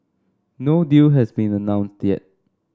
no deal has been announced yet